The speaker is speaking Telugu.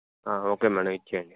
ఓకే మేడం ఇచ్చేయండి